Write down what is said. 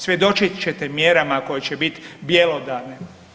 Svjedočit ćete mjerama koje će biti bjelodane.